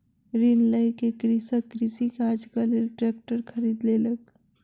ऋण लय के कृषक कृषि काजक लेल ट्रेक्टर खरीद लेलक